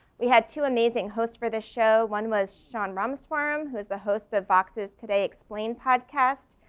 we had two amazing hosts for this show. one was sean ramaswamy, um who's the host of boxes today explained podcasts.